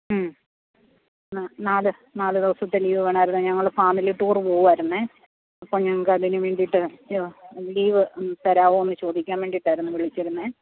മ്മ് നാല് നാല് ദിവസത്തെ ലീവ് വേണമായിരുന്നു ഞങ്ങള് ഫാമിലി ടൂറ് പോകുവായിരുന്നേ അപ്പം ഞങ്ങൾക്ക് അതിനു വേണ്ടിയിട്ട് ലീവ് തരാവോന്ന് ചോദിയ്ക്കാൻ വേണ്ടിയിട്ടായിരുന്നു വിളിച്ചിരുന്നേ